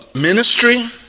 ministry